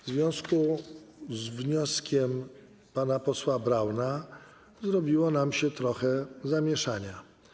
W związku z wnioskiem pana posła Brauna zrobiło nam się trochę zamieszania.